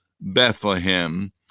bethlehem